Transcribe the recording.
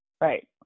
Right